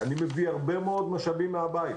אני מביא הרבה מאוד משאבים מהבית.